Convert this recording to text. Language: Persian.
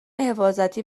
حفاظتی